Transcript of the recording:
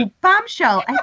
bombshell